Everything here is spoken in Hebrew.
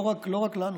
לא רק לנו,